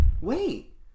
Wait